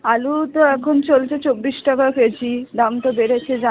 আলু তো এখন চলছে চব্বিশ টাকা কেজি দাম তো বেড়েছে জানেন